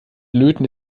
löten